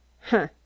Huh